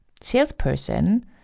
salesperson